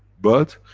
but,